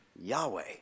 Yahweh